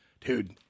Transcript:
Dude